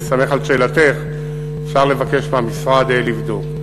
בהסתמך על שאלתך אפשר לבקש מהמשרד לבדוק.